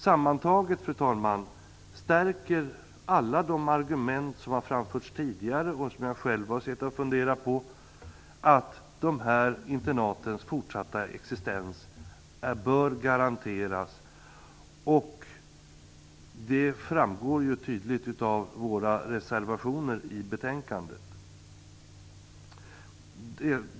Sammantaget, fru talman, stärker alla de argument som har framförts tidigare och som jag själv har suttit och funderat på åsikten att dessa internats fortsatta existens bör garanteras. Det framgår tydligt av våra reservationer i betänkandet.